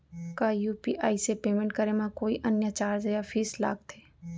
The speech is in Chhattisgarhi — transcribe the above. का यू.पी.आई से पेमेंट करे म कोई अन्य चार्ज या फीस लागथे?